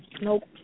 Nope